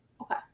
Okay